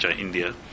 India